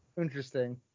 Interesting